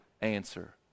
answer